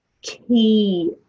key